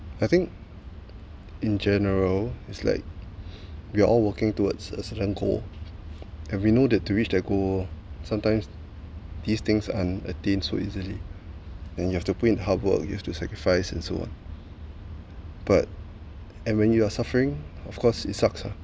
I think in general it's like we're all walking towards a certain goal and we know that to reach that goal sometimes these things aren't attained so easily and you have to put in hard work you have to sacrifice and so on but and when you're suffering of course it sucks lah